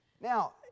Now